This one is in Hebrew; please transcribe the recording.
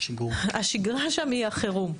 השגרה שם היא החירום.